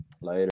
Later